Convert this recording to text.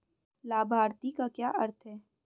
लाभार्थी का क्या अर्थ है?